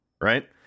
right